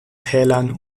tälern